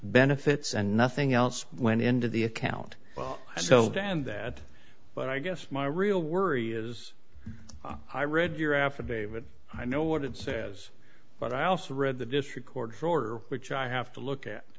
benefits and nothing else went into the account so damn that but i guess my real worry is i read your affidavit i know what it says but i also read the district court order which i have to look at